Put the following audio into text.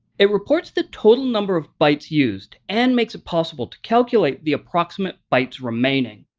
it reports the total number of bytes used and makes it possible to calculate the approximate bytes remaining.